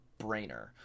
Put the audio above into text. brainer